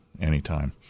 Anytime